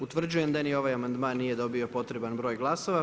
Utvrđujem da ni ovaj amandman nije dobio potreban broj glasova.